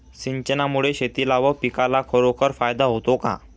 सिंचनामुळे शेतीला व पिकाला खरोखर फायदा होतो का?